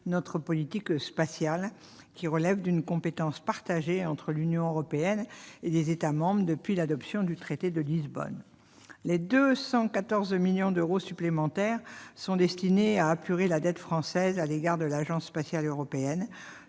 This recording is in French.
notre politique spatiale, qui relève d'une compétence partagée entre l'Union européenne et les États membres depuis l'adoption du traité de Lisbonne. Les 214 millions d'euros supplémentaires sont destinés à apurer la dette française à l'égard de l'Agence spatiale européenne,